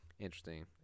interesting